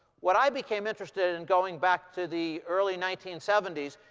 what i became interested in, going back to the early nineteen seventy s,